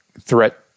threat